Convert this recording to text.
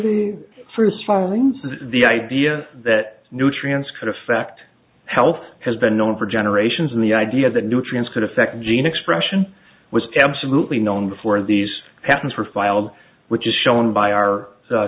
the fruits following the idea that nutrients could affect health has been known for generations and the idea that nutrients could affect gene expression was absolutely known before these patents were filed which is shown by our